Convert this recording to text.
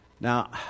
now